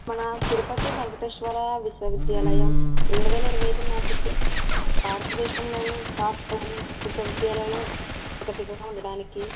మన తిరుపతి వేంకటేశ్వర విశ్వవిద్యాలయం రెండు వేల ఇరవై ఐదు నాటికి భారత దేశంలోని టాప్ టెన్ విశ్వవిద్యాలయాలో ఒకటిగా ఉండడానికి